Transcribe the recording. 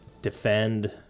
defend